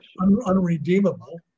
Unredeemable